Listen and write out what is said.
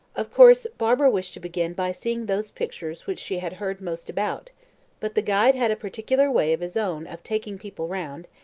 of course, barbara wished to begin by seeing those pictures which she had heard most about but the guide had a particular way of his own of taking people round,